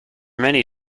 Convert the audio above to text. many